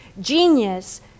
Genius